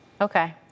Okay